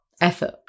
effort